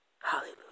Hallelujah